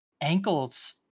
ankles